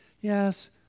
Yes